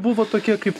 buvo tokie kaip